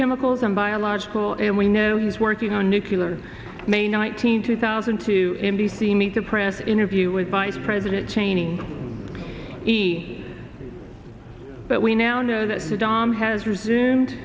chemicals and biological and we know he's working on nucular may nineteenth two thousand to him b c meet the press interview with vice president cheney but we now know that saddam has resumed